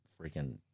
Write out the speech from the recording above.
freaking